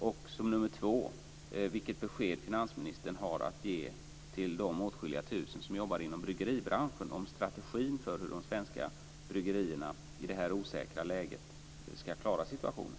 Min andra fråga är vilket besked finansministern har att ge till de åtskilliga tusen som jobbar inom bryggeribranschen om strategin för hur de svenska bryggerierna i det här osäkra läget ska klara situationen.